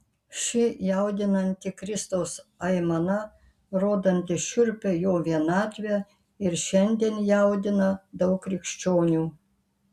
ši jaudinanti kristaus aimana rodanti šiurpią jo vienatvę ir šiandien jaudina daug krikščionių